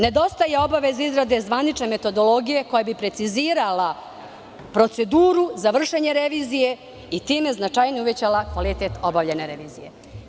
Nedostaje obaveza izrade zvanične metodologije koja bi precizirala proceduru za vršenje revizije i time značajnije uvećala kvalitet obavljene revizije.